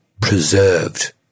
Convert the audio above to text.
preserved